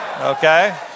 Okay